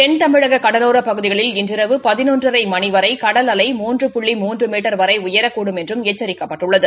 தென்தமிழக கடலோரப் பகுதிகளில் இன்று இரவு பதினொன்றரை மணி வரை கடல் அலை மூன்று புள்ளி மூன்று மீட்டர் வரை உயரக்கூடும் என்றும் எச்சரிக்கப்பட்டுள்ளது